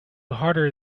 harder